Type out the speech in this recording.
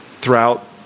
throughout